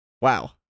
Wow